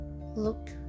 look